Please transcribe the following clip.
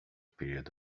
period